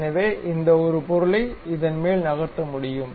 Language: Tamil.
எனவே இந்த ஒரு பொருளை இதன் மேல் நகர்த்த முடியும்